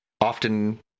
Often